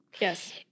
Yes